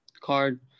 card